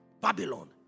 Babylon